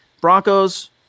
Broncos